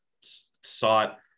sought